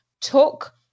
took